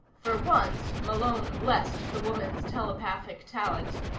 for once malone blessed the woman's telepathic talent.